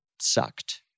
sucked